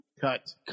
cut